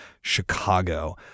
Chicago